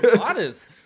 honest